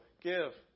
give